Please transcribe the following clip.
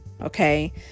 okay